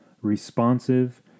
responsive